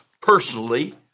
personally